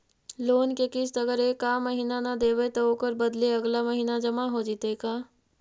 Loan के किस्त अगर एका महिना न देबै त ओकर बदले अगला महिना जमा हो जितै का?